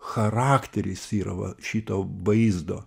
charakteris yra va šito vaizdo